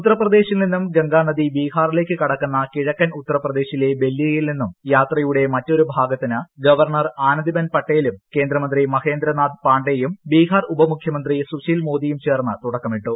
ഉത്തർപ്രദേശിൽ നിന്നും ഗംഗ നദി ബിഹാറിലേക്ക് കടക്കുന്ന കിഴക്കൻ ഉത്തർപ്രദേശിലെ ബല്ലിയയിൽ നിന്നും യാത്രയുടെ മറ്റൊരു ഭാഗത്തിന് ഗവർണർ ആനന്ദിബെൻ പട്ടേലും കേന്ദ്രമന്ത്രി മഹേന്ദ്രനാഥ് പാണ്ഡേയും ബിഹാർ ഉപമുഖ്യമന്ത്രി സുശീൽ മോദിയും ചേർന്ന് തുടക്കമിട്ടു